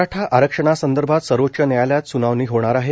मराठा आरक्षणासंदर्भात सर्वोच्च न्यायालयात स्नावणी होणार आहे